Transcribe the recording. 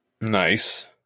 nice